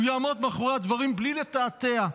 הוא יעמוד מאחורי הדברים מבלי לתעתע,